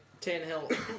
Tannehill